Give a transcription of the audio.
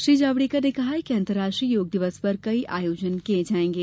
श्री जावड़ेकर ने कहा कि अंतर्राष्ट्रीय योग दिवस पर कई आयोजन किये जाएंगे